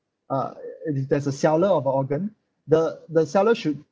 uh if there's a seller of a organ the the seller should